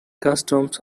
customs